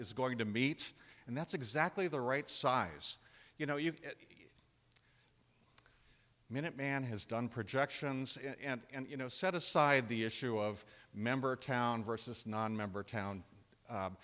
is going to meet and that's exactly the right size you know you get it minuteman has done projections and you know set aside the issue of member town versus nonmember town